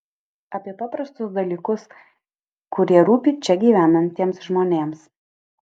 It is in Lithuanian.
apie paprastus dalykus kurie rūpi čia gyvenantiems žmonėms